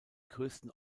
größten